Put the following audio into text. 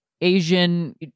Asian